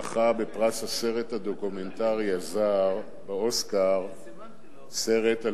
זכה בפרס האוסקר לסרט הדוקומנטרי הזר סרט על